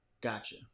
Gotcha